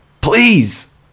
Please